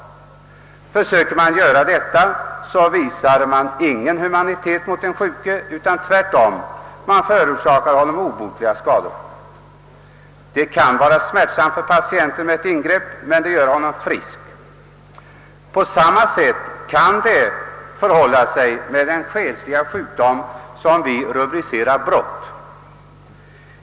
Försöker man göra det, vi sar man ingen humanitet mot den sjuke, utan förorsakar kanske honom tvärtom obotliga skador. Det kan vara smärtsamt för patienten med ett ingrepp, men det gör honom frisk. På samma sätt kan det förhålla sig med den själsliga sjukdom som rubriceras som brott.